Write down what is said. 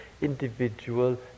individual